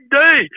day